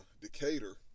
Decatur